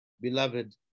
Beloved